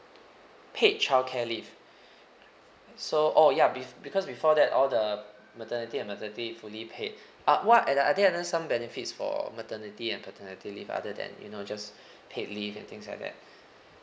paid childcare leave so oh ya be~ because before that all the maternity and paternity fully paid uh what and are there any some benefits for maternity and paternity leave other than you know just paid leave and things like that